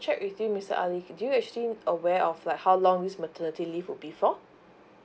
check with you mister ali do you actually aware of like how long this maternity leave would be for